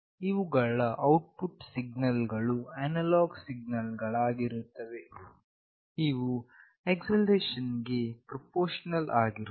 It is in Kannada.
ಇವುಗಳ ಔಟ್ಪುಟ್ ಸಿಗ್ನಲ್ ಗಳು ಅನಲಾಗ್ ಸಿಗ್ನಲ್ ಗಳಾಗಿವೆ ಇವು ಆಕ್ಸೆಲರೇಷನ್ ಗೆ ಪ್ರಪೋರ್ಶನಲ್ ಆಗಿರುತ್ತದೆ